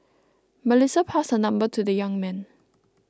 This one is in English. Melissa passed her number to the young man